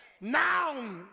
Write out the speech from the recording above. Now